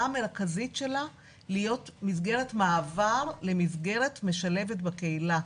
המרכזית שלה היא להיות מסגרת מעבר למסגרת משלבת בקהילה,